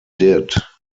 did